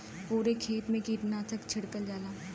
पुरे खेत मे कीटनाशक छिड़कल जाला